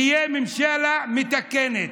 תהיה ממשלה מתקנת.